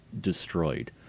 destroyed